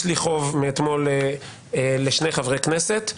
יש לי חוב מאתמול לשני חברי כנסת,